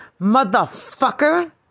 motherfucker